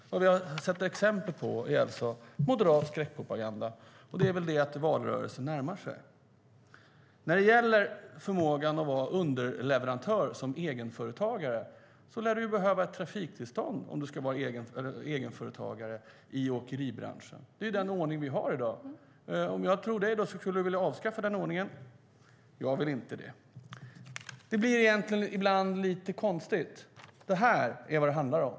Vad vi har sett exempel på är alltså moderat skräckpropaganda. Det är väl så att valrörelsen närmar sig. Sedan gäller det förmågan att vara underleverantör som egenföretagare. Man lär behöva ett trafiktillstånd om man ska vara egenföretagare i åkeribranschen. Det är den ordning vi har i dag. Om jag ska tro dig skulle du vilja avskaffa den ordningen. Jag vill inte det. Det blir ibland lite konstigt. Jag har här en bild som visar vad det handlar om.